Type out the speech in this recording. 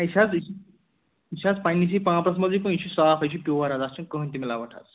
نہَ یہِ چھُ حظ یہِ چھُ یہِ چھِ حظ پَنٕنے جایہِ پانٛپرس منٛزٕے یہِ چھُ صاف یہِ چھُ پیٛووَر حظ اَتھ چھُنہٕ کٕہٕنٛے تہِ مِلاوَٹھ حظ